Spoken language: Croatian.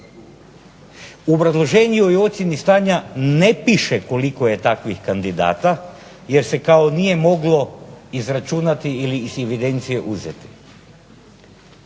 U obrazloženju i ocjeni stanja ne piše koliko je takvih kandidata, jer se kao nije moglo izračunati ili iz evidencije uzeti.